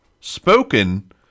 spoken